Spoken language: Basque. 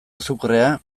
azukrea